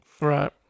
Right